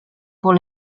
pour